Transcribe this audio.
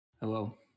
hello